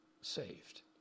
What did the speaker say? saved